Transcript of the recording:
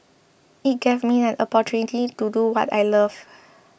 it gave me an opportunity to do what I love